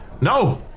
No